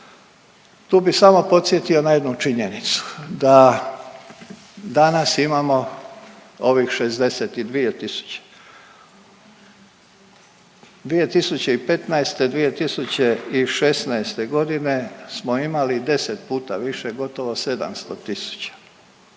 Tu bi samo podsjetio na jednu činjenicu, da danas imamo ovih 62 tisuće, 2015. i 2016.g. smo imali 10 puta više, gotovo 700